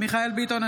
מיכאל מרדכי ביטון,